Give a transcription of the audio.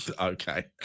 Okay